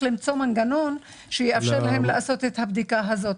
למצוא מנגנון שיאפשר להם לעשות את הבדיקה הזאת.